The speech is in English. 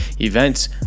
events